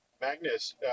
Magnus